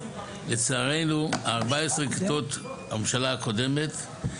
לצערנו 14 כיתות הממשלה הקודמת,